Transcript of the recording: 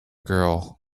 girl